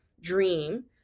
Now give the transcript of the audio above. dream